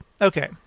Okay